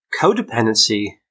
Codependency